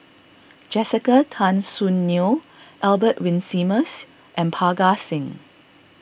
Jessica Tan Soon Neo Albert Winsemius and Parga Singh